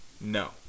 no